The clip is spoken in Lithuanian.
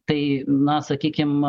tai na sakykim